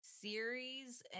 series